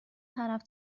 طرف